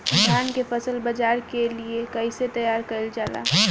धान के फसल बाजार के लिए कईसे तैयार कइल जाए?